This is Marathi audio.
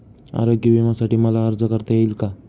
आरोग्य विम्यासाठी मला अर्ज करता येईल का?